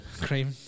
Cream